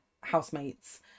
housemates